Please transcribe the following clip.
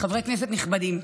חברי כנסת נכבדים,